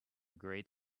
great